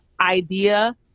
idea